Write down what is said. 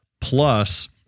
plus